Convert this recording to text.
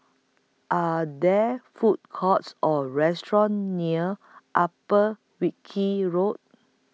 Are There Food Courts Or restaurants near Upper Wilkie Road